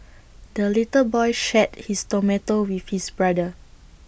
the little boy shared his tomato with his brother